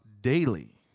daily